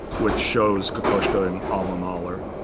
which shows kokoschka and alma mahler.